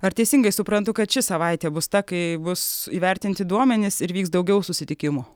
ar teisingai suprantu kad ši savaitė bus ta kai bus įvertinti duomenys ir vyks daugiau susitikimų